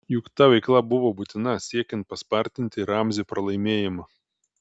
juk ta veikla buvo būtina siekiant paspartinti ramzio pralaimėjimą